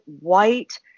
white